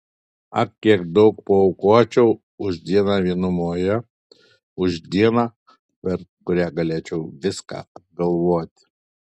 ak kiek daug paaukočiau už dieną vienumoje už dieną per kurią galėčiau viską apgalvoti